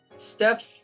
Steph